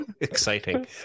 exciting